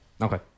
Okay